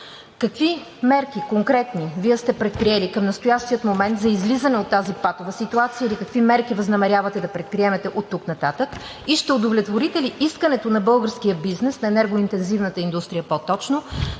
какви конкретни мерки Вие сте предприели към настоящия момент за излизане от тази патова ситуация или какви мерки възнамерявате да предприемете оттук нататък и ще удовлетворите ли искането на българския бизнес, на енергоинтензивната индустрия по-точно,